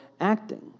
acting